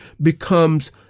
becomes